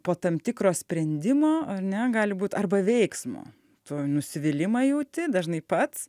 po tam tikro sprendimo ar ne gali būt arba veiksmo tuoj nusivylimą jauti dažnai pats